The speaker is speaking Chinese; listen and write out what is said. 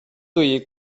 对于